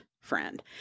friend